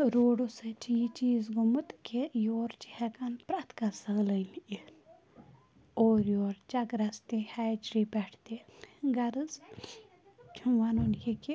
روڈو سۭتۍ چھِ یہِ چیٖز گوٚمُت کہِ یور چھِ ہٮ۪کان پرٛٮ۪تھ کانٛہہ سالٲنۍ یِتھ اورٕ یور چَکرَس تہِ ہیچری پٮ۪ٹھ تہِ غرض چھُم وَنُن یہِ کہِ